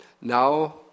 now